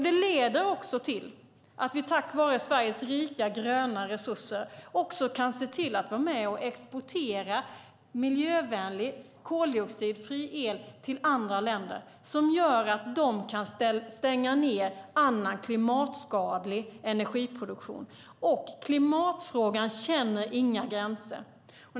Det leder också till att vi tack vare Sveriges rika, gröna resurser kan se till att vara med och exportera miljövänlig, koldioxidfri el till andra länder som gör att de kan stänga ned annan, klimatskadlig energiproduktion. Klimatfrågan känner inga gränser.